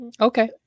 Okay